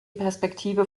perspektive